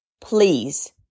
please